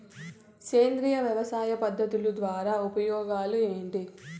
సేంద్రియ వ్యవసాయ పద్ధతుల ద్వారా ఉపయోగాలు ఏంటి?